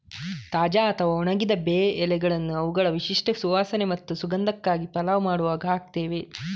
ತಾಜಾ ಅಥವಾ ಒಣಗಿದ ಬೇ ಎಲೆಗಳನ್ನ ಅವುಗಳ ವಿಶಿಷ್ಟ ಸುವಾಸನೆ ಮತ್ತು ಸುಗಂಧಕ್ಕಾಗಿ ಪಲಾವ್ ಮಾಡುವಾಗ ಹಾಕ್ತೇವೆ